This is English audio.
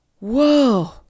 whoa